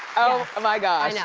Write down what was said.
oh my gosh. yeah